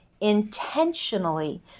intentionally